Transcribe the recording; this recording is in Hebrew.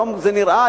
היום זה נראה,